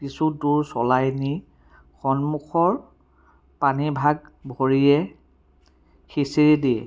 কিছু দূৰ চলাই নি সন্মুখৰ পানীভাগ ভৰিৰে সিঁচি দিয়ে